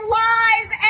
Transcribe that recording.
lies